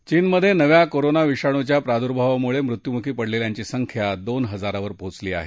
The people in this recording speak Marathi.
चीनमधे नव्या कोरोना विषाणूच्या प्रादुर्भावामुळे मृत्यूमुखी पडलेल्यांची संख्या दोन हजारावर पोचली आहे